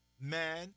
Man